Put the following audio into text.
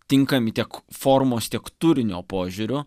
tinkami tiek formos tiek turinio požiūriu